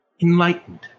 enlightened